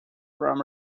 from